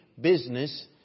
business